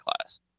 class